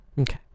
Okay